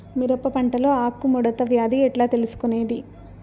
మిరప పంటలో ఆకు ముడత వ్యాధి ఎట్లా తెలుసుకొనేది?